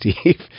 Steve